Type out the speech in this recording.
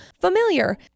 familiar